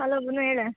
hello ಗುನ್ನ ಹೇಳ